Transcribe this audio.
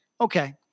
Okay